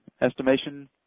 estimation